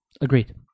Agreed